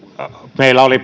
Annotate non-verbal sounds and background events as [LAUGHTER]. meillä oli [UNINTELLIGIBLE]